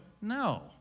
No